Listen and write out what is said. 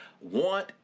want